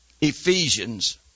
Ephesians